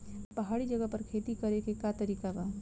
पहाड़ी जगह पर खेती करे के का तरीका बा?